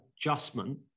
adjustment